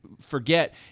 forget